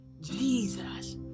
jesus